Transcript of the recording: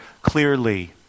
clearly